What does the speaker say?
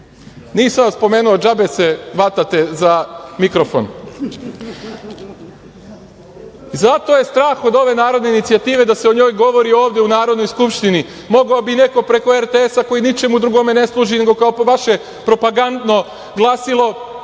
Nisam vas pomenuo, džabe se vatate za mikrofon. Zato je strah od ove narodne inicijative da se o njoj govori ovde u Narodnoj skupštini. Mogao bi neko preko RTS, koji ničemu drugome ne služi, nego kao vaše propagandno glasilo,